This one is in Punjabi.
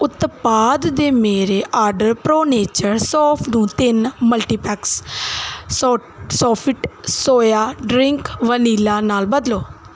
ਉਤਪਾਦ ਦੇ ਮੇਰੇ ਆਰਡਰ ਪ੍ਰੋ ਨੇਚਰ ਸੌਂਫ ਨੂੰ ਤਿੰਨ multipacks so Sofit soya drink vanilla ਨਾਲ ਬਦਲੋ